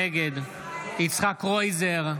נגד יצחק קרויזר,